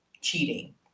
cheating